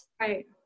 right